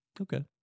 Okay